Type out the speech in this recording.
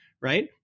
right